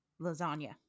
lasagna